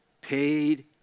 paid